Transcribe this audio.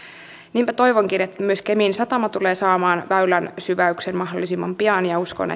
niinpä toivonkin että myös kemin satama tulee saamaan väylän syväyksen mahdollisimman pian ja uskon